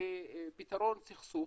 לפתרון סכסוך